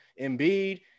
Embiid